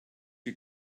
you